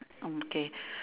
okay